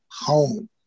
home